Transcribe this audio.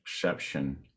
perception